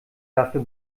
dafür